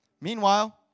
Meanwhile